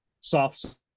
soft